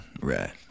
right